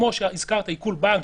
כמו שהזכרת עיקול בנק,